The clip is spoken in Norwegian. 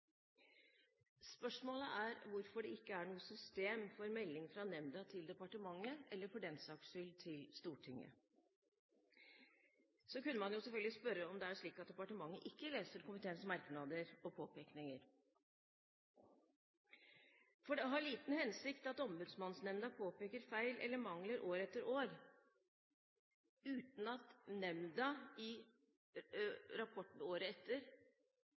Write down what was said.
Spørsmålet er hvorfor det ikke er noe system for melding fra nemnda til departementet, eller for den saks skyld til Stortinget. Man kunne selvfølgelig spørre om det er slik at departementet ikke leser komiteens merknader og påpekninger. Det har liten hensikt at Ombudsmannsnemnda påpeker feil eller mangler år etter år uten at nemnda i rapporten året etter